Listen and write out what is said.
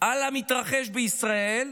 על המתרחש בישראל,